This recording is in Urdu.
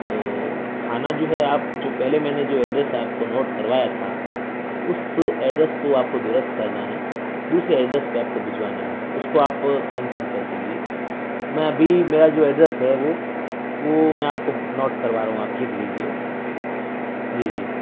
تو کھانا جو ہے آپ جو پہلے میں نے جو ایڈریس آپ کو نوٹ کروایا تھا اس ایڈریس کو آپ کو درست کرنا ہے دوسرے ایڈریس پہ آپ کو بھجوانا ہے اس کو آپ کینسل کر دیجیے میں ابھی میرا جو ایڈریس ہے وہ وہ میں آپ کو نوٹ کروا رہا ہوں آپ لکھ لیجیے جی جی